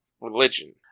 religion